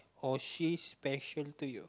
or she special to you